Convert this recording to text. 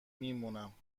میمونم